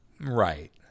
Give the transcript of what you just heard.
Right